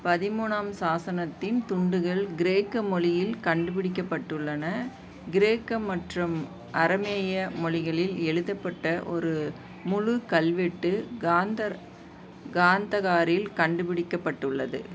பதிமூணாம் சாசனத்தின் துண்டுகள் கிரேக்க மொழியில் கண்டுபிடிக்கப்பட்டுள்ளன கிரேக்கம் மற்றும் அரமேய மொழிகளில் எழுதப்பட்ட ஒரு முழுக் கல்வெட்டு காந்தர் காந்தகாரில் கண்டுபிடிக்கப்பட்டுள்ளது